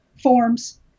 forms